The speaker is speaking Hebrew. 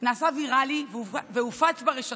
נעשה ויראלי והופץ ברשתות,